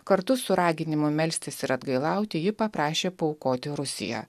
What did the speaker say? kartu su raginimu melstis ir atgailauti ji paprašė paaukoti rusiją